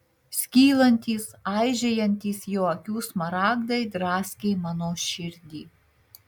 skylantys aižėjantys jo akių smaragdai draskė mano širdį